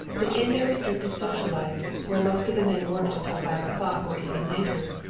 but in their restricted social life, where most of the men worked until five o'clock or even later,